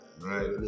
right